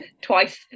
twice